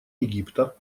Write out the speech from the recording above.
египта